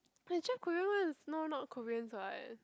the Jap-Korean one is now not Koreans what